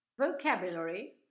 vocabulary